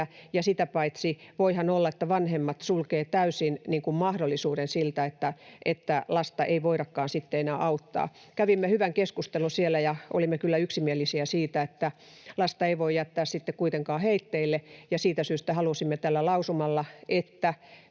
sitä paitsi voihan olla, että vanhemmat sulkevat täysin mahdollisuuden siltä, että lasta voitaisiin sitten enää auttaa. Kävimme hyvän keskustelun siellä ja olimme kyllä yksimielisiä siitä, että lasta ei voi jättää sitten kuitenkaan heitteille, ja siitä syystä halusimme tällä lausumalla